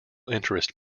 interest